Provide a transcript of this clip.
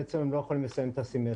הם בעצם לא יכולים לסיים את הסמסטר.